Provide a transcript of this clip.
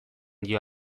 dio